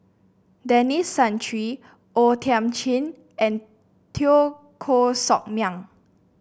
Denis Santry O Thiam Chin and Teo Koh Sock Miang